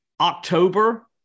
October